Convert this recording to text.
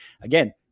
again